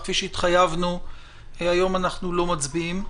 כפי שהתחייבנו, היום אנחנו לא מצביעים.